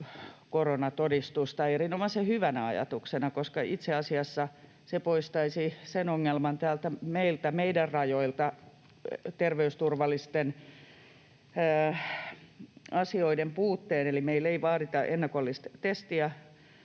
koronatodistusta erinomaisen hyvänä ajatuksena, koska itse asiassa se poistaisi sen ongelman täältä meiltä, meidän rajoilta, terveysturvallisten asioiden puutteen. Eli meillä ei vaadita ennakollista testiä,